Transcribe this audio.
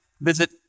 Visit